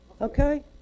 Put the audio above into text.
Okay